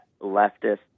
leftist